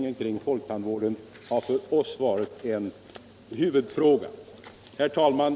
Herr talman!